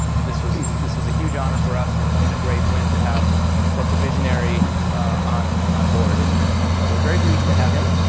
this was this was a huge honor for us and and a great win to have such a visionary on on board. and we're very pleased to have him.